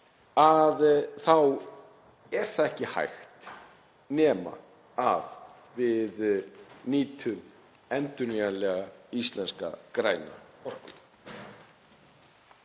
þá er það ekki hægt nema við nýtum endurnýjanlega, íslenska græna orku.